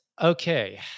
okay